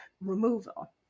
removal